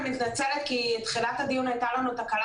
אני מתנצלת כי בתחילת הדיון הייתה לנו תקלה